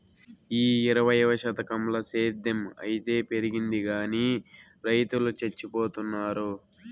ఈ ఇరవైవ శతకంల సేద్ధం అయితే పెరిగింది గానీ రైతులు చచ్చిపోతున్నారు